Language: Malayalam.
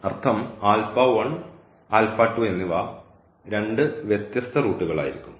അർത്ഥം എന്നിവ രണ്ട് വ്യത്യസ്ത റൂട്ടുകൾ ആയിരിക്കും